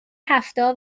هفتهها